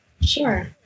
Sure